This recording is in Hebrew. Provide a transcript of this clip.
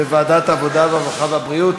בוועדת העבודה, הרווחה והבריאות.